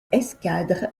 escadre